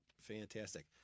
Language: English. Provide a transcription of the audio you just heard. Fantastic